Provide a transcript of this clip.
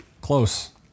Close